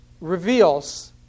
reveals